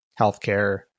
healthcare